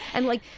and like,